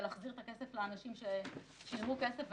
ולהחזיר כסף לאנשים ששילמו כסף,